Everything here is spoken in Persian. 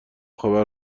خبر